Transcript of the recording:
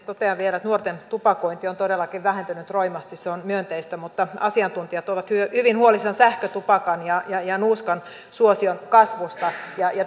totean vielä että nuorten tupakointi on todellakin vähentynyt roimasti se on myönteistä mutta asiantuntijat ovat hyvin huolissaan sähkötupakan ja ja nuuskan suosion kasvusta